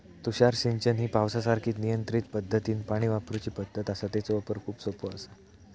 तुषार सिंचन ही पावसासारखीच नियंत्रित पद्धतीनं पाणी वापरूची पद्धत आसा, तेचो वापर खूप सोपो आसा